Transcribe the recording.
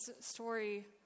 story